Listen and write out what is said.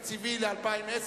סעיף תקציבי 59 ל-2010,